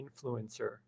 influencer